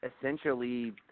essentially